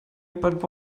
but